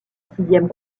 sixième